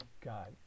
God